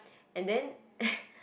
and then